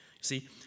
See